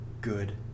Good